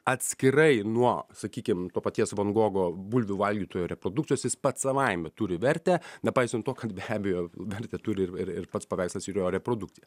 atskirai nuo sakykim to paties van gogo bulvių valgytojo reprodukcijos jis pats savaime turi vertę nepaisant to kad be abejo vertę turi ir ir ir pats paveikslas ir jo reprodukcija